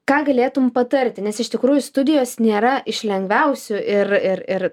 ką galėtum patarti nes iš tikrųjų studijos nėra iš lengviausių ir ir ir